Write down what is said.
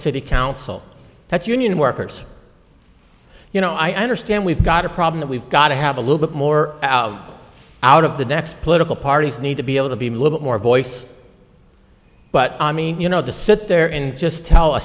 city council that union workers you know i understand we've got a problem that we've got to have a little bit more out of the next political parties need to be able to be a little more voice but i mean you know the sit there and just tell a